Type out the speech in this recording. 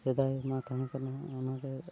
ᱥᱮᱫᱟᱭ ᱢᱟ ᱛᱟᱦᱮᱸ ᱠᱟᱱᱟ ᱚᱱᱟᱜᱮ